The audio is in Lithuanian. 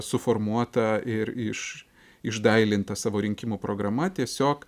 suformuota ir iš išdailinta savo rinkimų programa tiesiog